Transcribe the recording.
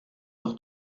heure